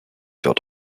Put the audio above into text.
dort